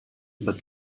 but